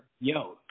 Yo